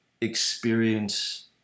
experience